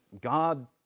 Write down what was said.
God